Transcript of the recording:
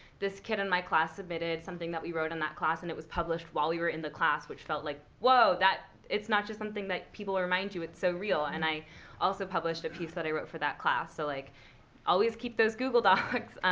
this kid in my class submitted something that we wrote in that class, and it was published while we were in the class, which felt like, whoa, it's not just something that people remind you. it's so real. and i also published a piece that i wrote for that class. so like always keep those google docs.